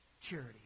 charity